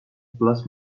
bless